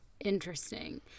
Interesting